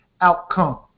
outcome